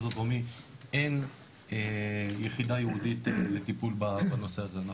הדרומי אין יחידה ייעודית לטיפול בנושא הזה,